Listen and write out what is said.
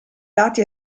lati